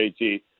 JT